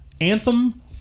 Anthem